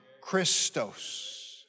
Christos